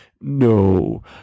no